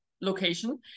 location